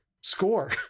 score